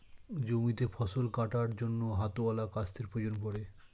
জমিতে ফসল কাটার জন্য হাতওয়ালা কাস্তের প্রয়োজন পড়ে